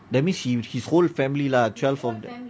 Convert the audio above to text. that means his whole family lah twelve of